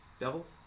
Devils